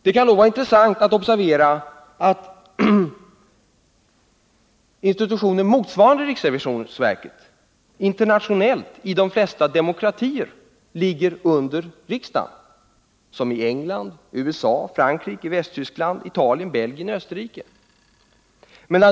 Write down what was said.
Det kan vara intressant att observera att institutioner motsvarande riksrevisionsverket i de flesta demokratier ligger under riksdagen, exempelvisi England, USA, Frankrike, Västtyskland, Italien, Belgien och Österrike.